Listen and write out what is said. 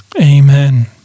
Amen